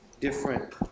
different